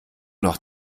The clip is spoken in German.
noch